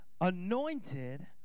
Anointed